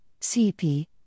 CP